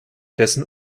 dessen